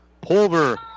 Pulver